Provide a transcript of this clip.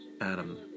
Adam